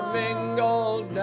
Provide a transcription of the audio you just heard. mingled